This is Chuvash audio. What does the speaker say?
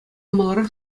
маларах